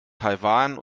taiwan